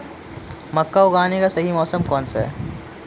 मक्का उगाने का सही मौसम कौनसा है?